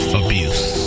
abuse